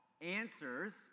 answers